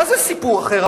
מה זה סיפור אחר?